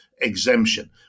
exemption